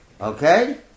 Okay